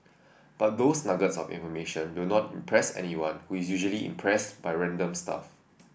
but those nuggets of information will not impress anyone who is usually impressed by random stuff